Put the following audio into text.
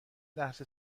لحظه